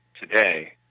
today